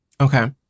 Okay